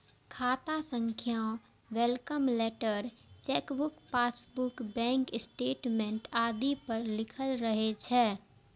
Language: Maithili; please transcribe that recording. खाता संख्या welcome letter, chequebook, passbook, bank statement आदि पर लिखल रहै छै